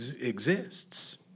exists